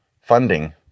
funding